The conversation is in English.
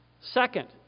Second